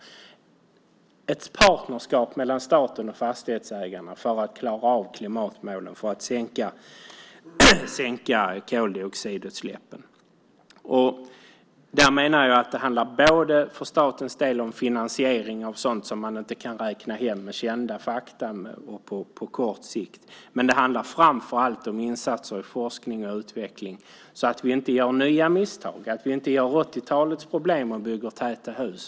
Det handlar om ett partnerskap mellan staten och fastighetsägarna för att klara av klimatmålen och för att sänka koldioxidutsläppen. Där menar jag att det för statens del handlar om finansiering av sådant som man inte kan räkna hem med kända fakta och på kort sikt, men det handlar framför allt om insatser i forskning och utveckling, så att vi inte gör nya misstag, att vi inte gör om 80-talets misstag och bygger täta hus.